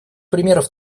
примеров